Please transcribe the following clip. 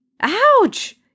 Ouch